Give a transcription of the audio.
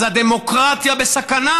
אז הדמוקרטיה בסכנה,